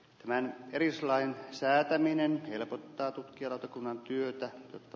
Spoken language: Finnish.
vähän eri lain säätäminen helpottaa tutkijalautakunnan työtä jotta